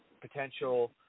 potential